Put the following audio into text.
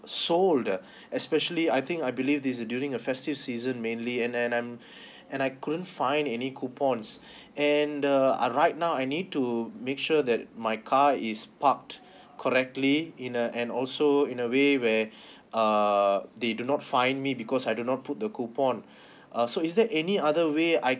sold especially I think I believe this is during a festive season mainly and then I'm and I couldn't find any coupons and the uh right now I need to make sure that my car is parked correctly in a and also in a way where uh they do not fine me because I do not put the coupon uh so is there any other way I can